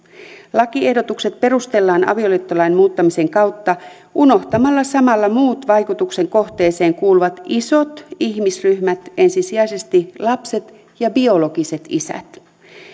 lakiehdotukset perustellaan avioliittolain muuttamisen kautta unohtamalla samalla muut vaikutuksen kohteeseen kuuluvat isot ihmisryhmät ensisijaisesti lapset ja biologiset isät